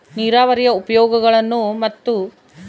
ನೇರಾವರಿಯ ಉಪಯೋಗಗಳನ್ನು ಮತ್ತು?